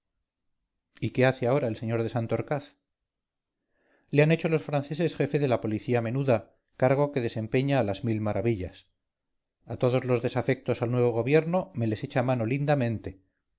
y qué hace ahora el sr de santorcaz le han hecho los franceses jefe de la policía menuda cargo que desempeña a las mil maravillas a todos los desafectos al nuevo gobierno me les echa mano lindamente